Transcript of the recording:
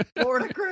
Florida